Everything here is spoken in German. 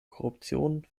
korruption